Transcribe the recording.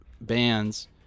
bands